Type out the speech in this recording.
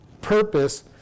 purpose